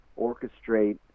orchestrate